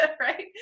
right